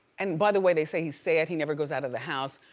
and by the way, they say he's sad. he never goes out of the house,